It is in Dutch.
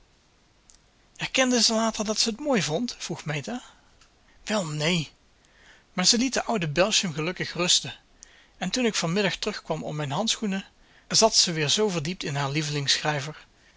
erkende ze later dat ze t mooi vond vroeg meta wel neen maar ze liet den ouden belsham gelukkig rusten en toen ik van middag terugkwam om mijn handschoenen zat ze weer zoo verdiept in haar